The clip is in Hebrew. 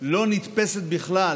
לא נתפסת בכלל